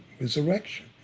resurrection